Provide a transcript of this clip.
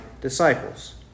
disciples